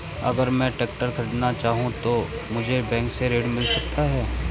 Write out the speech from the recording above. अगर मैं ट्रैक्टर खरीदना चाहूं तो मुझे बैंक से ऋण मिल सकता है?